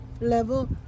level